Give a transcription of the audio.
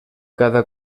cada